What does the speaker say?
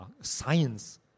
science